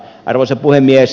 arvoisa puhemies